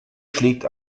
schlägt